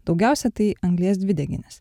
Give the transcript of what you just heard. daugiausia tai anglies dvideginis